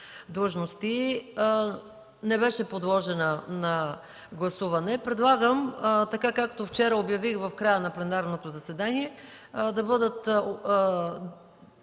длъжности“ не беше подложена на гласуване. Предлагам, така както вчера обявих в края на пленарното заседание, да бъдат